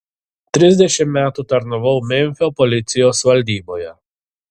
trisdešimt metų tarnavau memfio policijos valdyboje